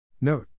Note